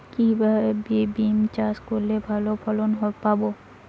কিভাবে বিম চাষ করলে ভালো ফলন পাব?